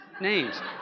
names